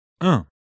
Un